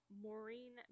Maureen